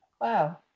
Wow